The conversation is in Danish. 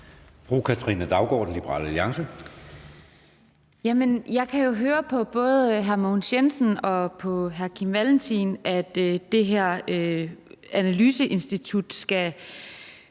Katrine Daugaard (LA): Jeg kan jo høre på både hr. Mogens Jensen og hr. Kim Valentin, at det her analyseinstitut skal